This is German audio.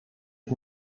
ich